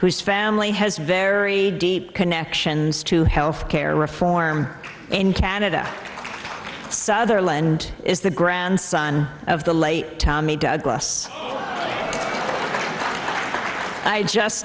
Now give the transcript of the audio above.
whose family has very deep connections to health care reform in canada sutherland is the grandson of the late tommy douglas i just